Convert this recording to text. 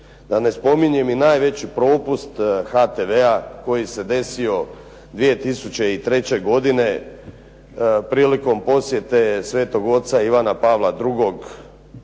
da ne spominjem i najveći propust HTV-a koji se desio 2003. godine prilikom posjete Svetog oca Ivana Pavla II,